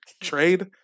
trade